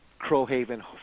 Crowhaven